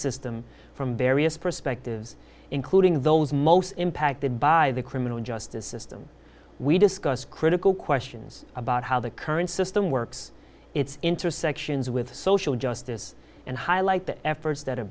system from various perspectives including those most impacted by the criminal justice system we discussed critical questions about how the current system works its intersections with social justice and highlight the efforts that are